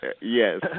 Yes